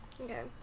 Okay